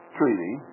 treaty